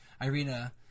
Irina